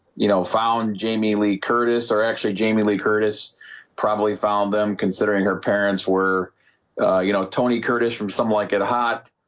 you know found jamie lee curtis or actually jamie lee curtis probably found them considering her parents were you know, tony curtis from some like it hot?